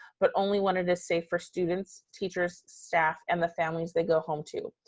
but only when it is safe for students, teachers, staff, and the families they go home to.